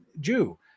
Jew